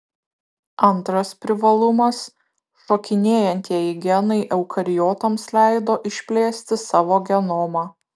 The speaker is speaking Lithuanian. antras privalumas šokinėjantieji genai eukariotams leido išplėsti savo genomą